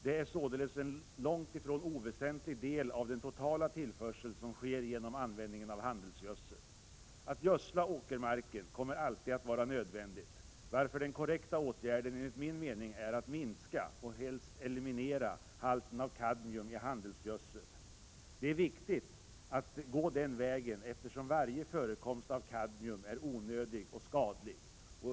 Det är således en långt ifrån oväsentlig del av den totala tillförseln som sker genom användningen av handelsgödseln. Att gödsla åkermarken kommer alltid att vara nödvändigt, varför den korrekta åtgärden, enligt min mening, är att minska — och helst eliminera — halten av kadmium i handelsgödsel. Det är viktigt att gå den vägen, eftersom varje förekomst av kadmium är onödig och skadlig.